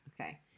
Okay